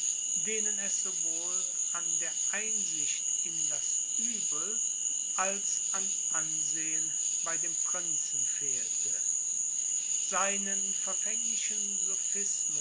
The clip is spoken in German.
denen es sowohl an der einsicht in das übel als an ansehen bei dem prinzen fehlte seinen verfänglichen